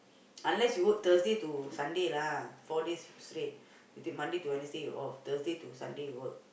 unless you work Thursday to Sunday lah four days straight you take Monday to Wednesday you off Thursday to Sunday you work